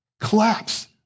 collapse